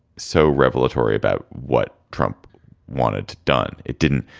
so revelatory about what trump wanted done. it didn't.